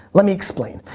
let me explain.